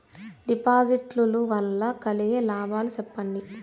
డిపాజిట్లు లు వల్ల కలిగే లాభాలు సెప్పండి?